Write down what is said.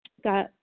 Got